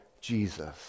Jesus